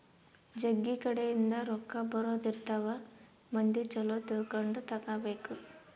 ಜಗ್ಗಿ ಕಡೆ ಇಂದ ರೊಕ್ಕ ಬರೋದ ಇರ್ತವ ಮಂದಿ ಚೊಲೊ ತಿಳ್ಕೊಂಡ ತಗಾಬೇಕು